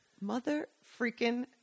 mother-freaking-